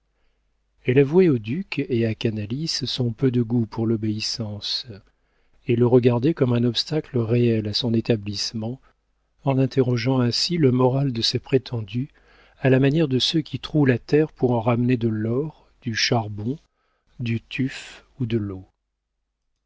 elle avouait au duc et à canalis son peu de goût pour l'obéissance et le regardait comme un obstacle réel à son établissement en interrogeant ainsi le moral de ses prétendus à la manière de ceux qui trouent la terre pour en ramener de l'or du charbon du tuf ou de l'eau